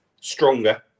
stronger